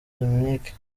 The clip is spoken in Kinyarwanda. dominique